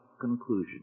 conclusion